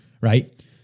right